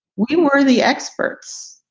we were the experts,